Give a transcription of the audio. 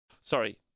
sorry